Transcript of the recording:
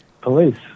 Police